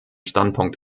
standpunkt